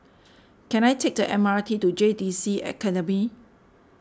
can I take the M R T to J T C Academy